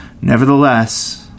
Nevertheless